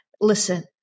Listen